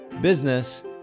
business